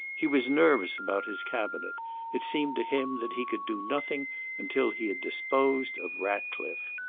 he was nervous about his cabinet it seemed to him that he could do nothing until he had disposed of ratcliffe.